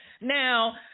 Now